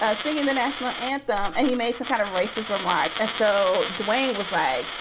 ah singing the national anthem. and he made some kind of racist remark. so dwayne was like,